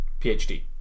PhD